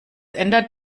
ändert